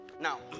Now